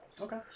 Okay